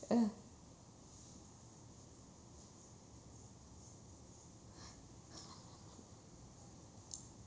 uh